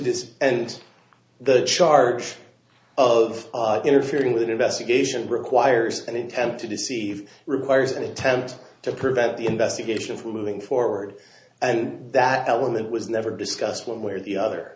deceive and the charge of interfering with an investigation requires an intent to deceive requires an attempt to prevent the investigation from moving forward and that element was never discussed one way or the other